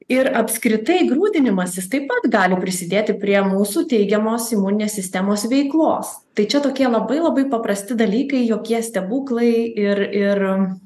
ir apskritai grūdinimasis taip pat gali prisidėti prie mūsų teigiamos imuninės sistemos veiklos tai čia tokie labai labai paprasti dalykai jokie stebuklai ir ir